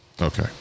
Okay